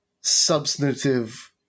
substantive